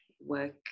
work